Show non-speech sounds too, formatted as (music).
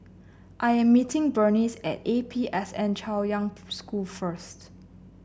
I am meeting Berneice at A P S N Chaoyang (unintelligible) School first